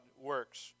works